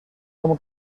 como